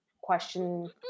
question